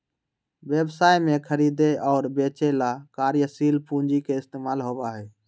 व्यवसाय में खरीदे और बेंचे ला कार्यशील पूंजी के इस्तेमाल होबा हई